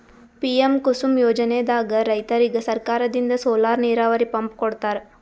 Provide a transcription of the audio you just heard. PM Kusum ಯೋಜನೆದಾಗ್ ರೈತರಿಗ್ ಸರ್ಕಾರದಿಂದ್ ಸೋಲಾರ್ ನೀರಾವರಿ ಪಂಪ್ ಕೊಡ್ತಾರ